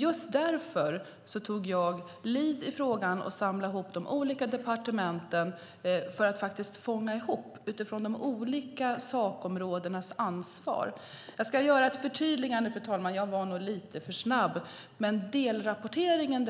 Just därför tog jag tag i frågan och samlade ihop de olika departementen för att fånga upp ansvaret i sakområdena. Jag ska göra ett förtydligande, fru talman, eftersom jag nog var lite för snabb tidigare. Den första delrapporteringen